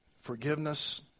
forgiveness